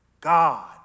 God